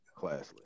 Classless